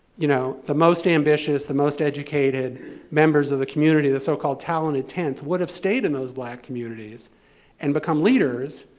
you know the most ambitious, the most educated members of the community, the so-called talented tenth, would have stayed in those black communities and become leaders,